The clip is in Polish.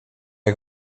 jak